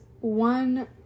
one